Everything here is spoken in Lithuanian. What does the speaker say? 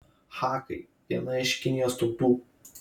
hakai viena iš kinijos tautų